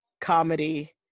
comedy